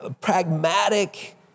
pragmatic